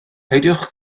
peidiwch